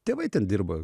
tėvai ten dirbo